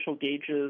gauges